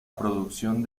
producción